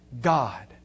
God